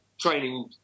training